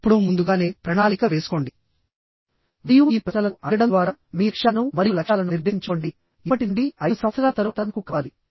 ఇప్పుడు ముందుగానే ప్రణాళిక వేసుకోండి మరియు ఈ ప్రశ్నలను అడగడం ద్వారా మీ లక్ష్యాలను మరియు లక్ష్యాలను నిర్దేశించుకోండి ఇప్పటి నుండి 5 సంవత్సరాల తరువాత నాకు కావాలి